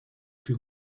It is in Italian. più